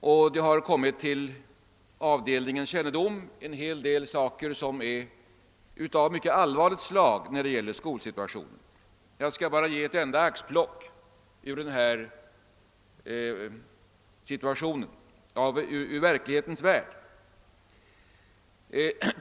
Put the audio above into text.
En hel del för skolsituationen mycket allvarliga händelser har kommit till avdelningens kännedom, och jag skall bara göra ett litet axplock från verklighetens värld.